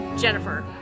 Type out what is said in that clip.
Jennifer